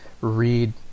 read